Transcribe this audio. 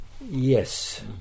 Yes